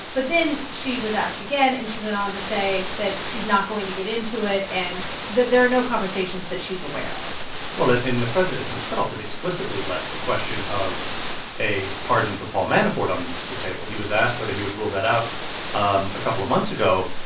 but then she was asked again, and she went on to say that she's not going to get into it and that there are no conversations that she's aware of well and and the president himself has explicitly left the question of of a pardon for paul manafort on the table. he was asked whether he would rule that out um a couple of months ago,